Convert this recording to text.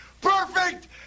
Perfect